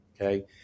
Okay